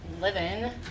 Living